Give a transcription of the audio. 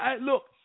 Look